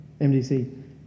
MDC